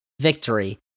victory